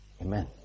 Amen